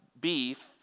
beef